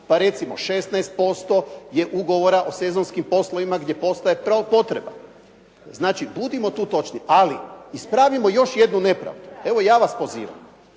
Pa recimo 16% je ugovora o sezonskim poslovima gdje postaje potreba. Znači budimo tu točni. Ali ispravimo još jednu nepravdu, evo ja vas pozivam.